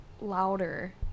louder